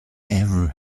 ever